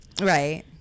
right